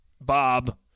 Bob